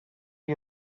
you